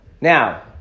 Now